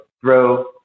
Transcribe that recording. throw